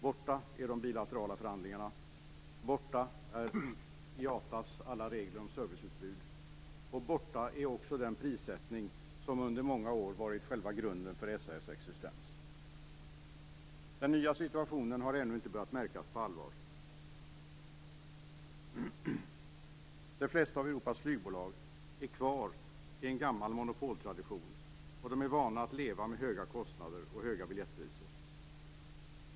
Borta är de bilaterala förhandlingarna, borta är IATA:s alla regler om serviceutbud och borta är också den prissättning som under många år varit själva grunden för SAS existens. Den nya situationen har ännu inte börjat märkas på allvar. De flesta av Europas flygbolag är kvar i en gammal monopoltradition och är vana vid att leva med höga kostnader och höga biljettpriser.